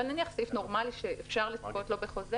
אבל נניח סעיף נורמלי שאפשר לצפות לו בחוזה